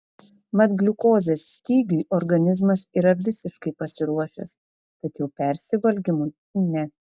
mat gliukozės stygiui organizmas yra visiškai pasiruošęs tačiau persivalgymui ne